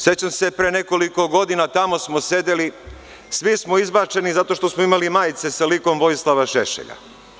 Sećam se, pre nekoliko godina, tamo smo sedeli, svi smo izbačeni zato što smo imali majice sa likom Vojislava Šešelja.